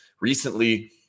recently